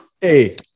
Hey